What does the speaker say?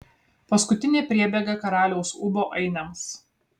paskutinė priebėga karaliaus ūbo ainiams